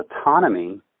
autonomy